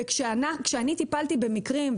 כשאני טיפלתי במקרים,